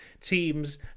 teams